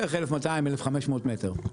בערך 1,200, 1,500 מטר.